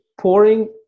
pouring